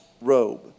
robe